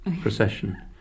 procession